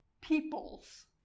peoples